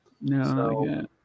No